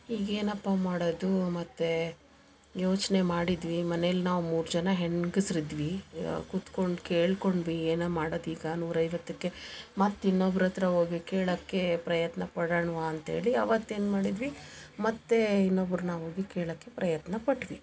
ಈಗ ಏನಪ್ಪ ಮಾಡೋದು ಮತ್ತೆ ಯೋಚನೆ ಮಾಡಿದ್ವಿ ಮನೇಲ್ಲಿ ನಾವು ಮೂರು ಜನ ಹೆಂಗಸರಿದ್ವಿ ಕುತ್ಕೊಂಡು ಕೇಳಿಕೊಂಡ್ವಿ ಏನು ಮಾಡೋದ್ ಈಗ ನೂರೈವತ್ತಕ್ಕೆ ಮತ್ತೆ ಇನ್ನೊಬ್ರ ಹತ್ರ ಹೋಗಿ ಕೇಳೋಕ್ಕೆ ಪ್ರಯತ್ನಪಡೋಣ್ವ ಅಂತೇಳಿ ಅವತ್ತು ಏನು ಮಾಡಿದ್ವಿ ಮತ್ತೆ ಇನ್ನೊಬ್ಬರನ್ನ ಹೋಗಿ ಕೇಳೋಕ್ಕೆ ಪ್ರಯತ್ನ ಪಟ್ವಿ